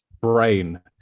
brain